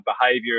behavior